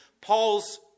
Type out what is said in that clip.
Paul's